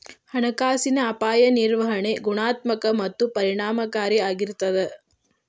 ಹಣಕಾಸಿನ ಅಪಾಯ ನಿರ್ವಹಣೆ ಗುಣಾತ್ಮಕ ಮತ್ತ ಪರಿಣಾಮಕಾರಿ ಆಗಿರ್ತದ